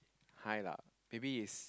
high lah maybe is